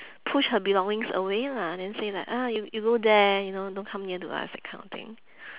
push her belongings away lah then say like ah you you go there you know don't come near to us that kind of thing